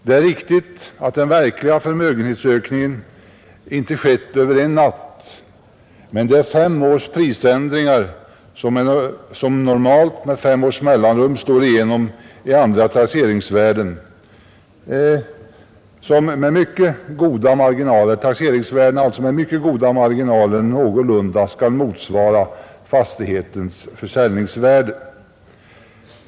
Det är riktigt att den verkliga förmögenhetsökningen inte skett över en natt, men det är fem års prisändringar som normalt med fem års mellanrum slår igenom i andra taxeringsvärden, vilka med mycket goda marginaler någorlunda skall motsvara fastighetens försäljningsvärde.